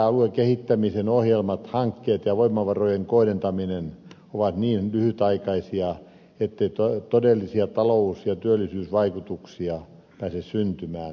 aluekehittämisen ohjelmat hankkeet ja voimavarojen kohdentaminen ovat niin lyhytaikaisia ettei todellisia talous ja työllisyysvaikutuksia pääse syntymään